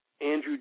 Andrew